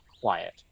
quiet